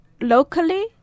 locally